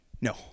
No